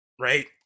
right